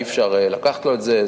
אי-אפשר לקחת לו את זה,